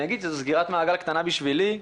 זו סגירת מעגל עבורי מעבודתנו המשותפת בעבר,